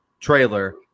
trailer